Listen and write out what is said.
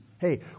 Hey